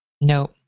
No